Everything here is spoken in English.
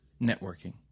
Networking